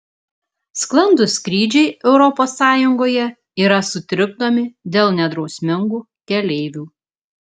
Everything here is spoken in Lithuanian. sklandūs skrydžiai europos sąjungoje yra sutrikdomi dėl nedrausmingų keleivių